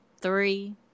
three